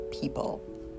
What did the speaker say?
people